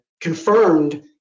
confirmed